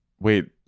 wait